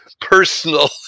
personal